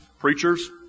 preachers